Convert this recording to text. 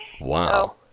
Wow